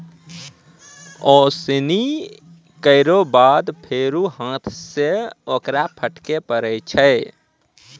ओसौनी केरो बाद फेरु हाथ सें ओकरा फटके परै छै